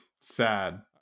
sad